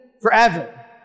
forever